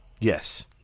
Yes